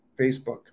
facebook